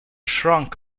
shrunk